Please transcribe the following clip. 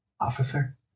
Officer